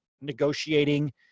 negotiating